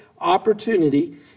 opportunity